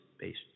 based